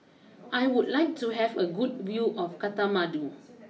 I would like to have a good view of Kathmandu